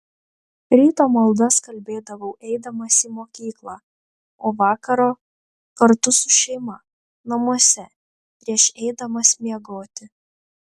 ryto maldas kalbėdavau eidamas į mokyklą o vakaro kartu su šeima namuose prieš eidamas miegoti